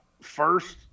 first